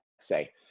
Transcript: say